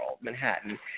Manhattan